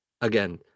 again